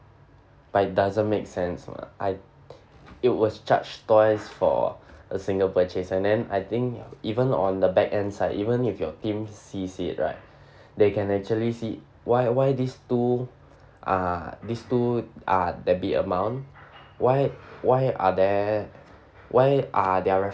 but it doesn't make sense [what] I'd it was charged twice for a single purchase and then I think even on the back end side even if your team sees it right they can actually see why why this two uh this two uh debit amount why why are there why are their